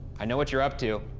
i know what you're up to.